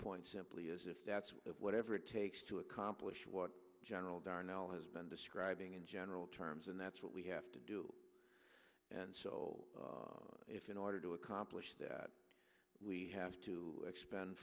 point simply is if that's whatever it takes to accomplish what general darnell has been describing in general terms and that's what we have to do and so if in order to blish that we have to expend